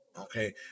Okay